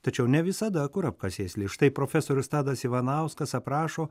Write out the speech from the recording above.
tačiau ne visada kurapka sėsli štai profesorius tadas ivanauskas aprašo